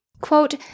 quote